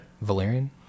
Valerian